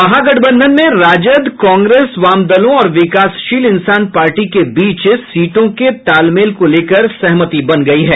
महागठबंधन में राजद कांग्रेस वामदलों और विकासशील इंसान पार्टी के बीच सीटों के तालमेल को लेकर सहमति बन गयी है